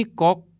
kok